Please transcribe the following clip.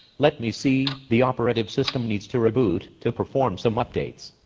let me see the operative system needs to reboot to perform some updates.